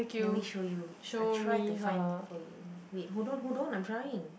let me show you I try to find for you wait hold on hold on I'm trying